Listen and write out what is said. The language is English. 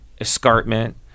escarpment